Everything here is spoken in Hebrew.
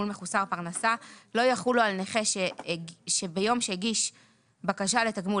מחוסר פרנסה לא יחולו על נכה שביום שהגיש בקשה לתגמול